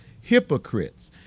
hypocrites